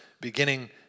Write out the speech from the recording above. beginning